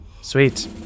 Sweet